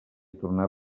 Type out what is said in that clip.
tornar